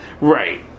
right